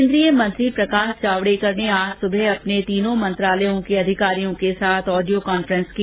केंद्रीय मंत्री प्रकाश जावड़ेकर ने आज सुबह अपने तीनों मंत्रालयों के अधिकारियों के साथ अहडियो कांफ्रेंस की